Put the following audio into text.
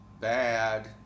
bad